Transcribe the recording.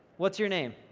what's your name?